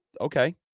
Okay